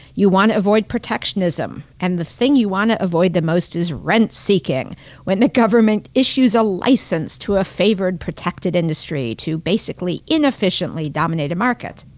you want to avoid protectionism, and the thing you want to avoid the most is rent-seeking rent-seeking when the government issues a license to a favored protected industry, to basically inefficiently dominate a market.